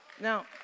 Now